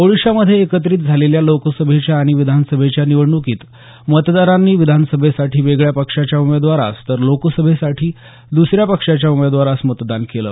ओडिशामधे एकत्रित झालेल्या लोकसभेच्या आणि विधानसभेच्या निवडण्कीत मतदारांनी विधानसभेसाठी वेगळ्या पक्षाच्या उमेदवारास तर लोकसभेसाठी दुसऱ्या पक्षाच्या उमेदवारांस मतदान केले